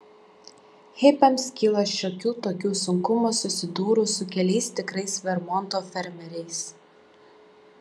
hipiams kyla šiokių tokių sunkumų susidūrus su keliais tikrais vermonto fermeriais